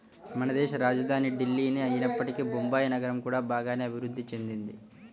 మనదేశ రాజధాని ఢిల్లీనే అయినప్పటికీ బొంబాయి నగరం కూడా బాగానే అభిరుద్ధి చెందింది